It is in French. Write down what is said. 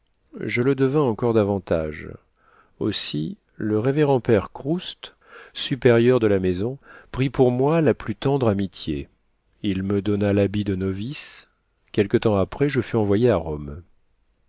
je le devins encore davantage aussi le révérend père croust supérieur de la maison prit pour moi la plus tendre amitié il me donna l'habit de novice quelque temps après je fus envoyé à rome